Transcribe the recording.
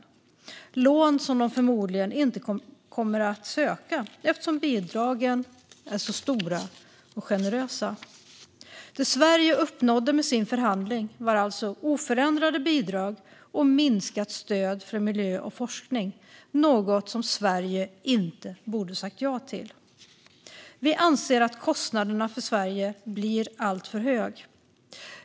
Detta är lån som de förmodligen inte kommer att söka eftersom bidragen är så stora och generösa. Det Sverige uppnådde med sin förhandling var alltså oförändrade bidrag och minskat stöd för miljö och forskning, vilket är något som Sverige inte borde ha sagt ja till. Vi anser att kostnaden för Sverige blir alltför hög.